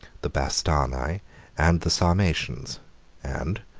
the bastarnae, and the sarmatians and,